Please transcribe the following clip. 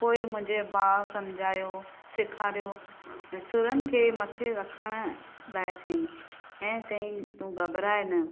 पोइ मुंहिंजे भाउ सम्झायो सेखारियो ऐं सुरनि खे मथे रखण लाइ चयईं ऐं चयईं तूं घबराए न